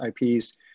IPs